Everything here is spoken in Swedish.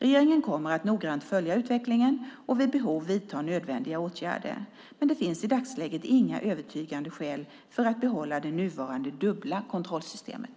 Regeringen kommer att noggrant följa utvecklingen och vid behov vidta nödvändiga åtgärder. Det finns i dagsläget dock inga övertygande skäl för att behålla det nuvarande dubbla kontrollsystemet.